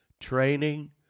training